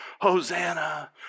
Hosanna